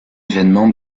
événement